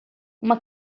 uma